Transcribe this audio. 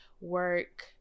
work